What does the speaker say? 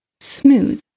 Smooth